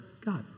God